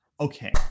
Okay